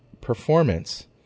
performance